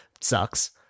Sucks